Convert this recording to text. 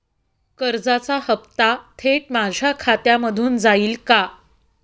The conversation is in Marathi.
कर्जाचा हप्ता थेट माझ्या खात्यामधून जाईल का?